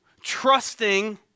trusting